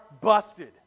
busted